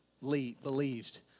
believed